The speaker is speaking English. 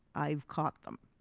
i've caught them.